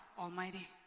Almighty